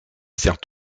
sert